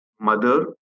mother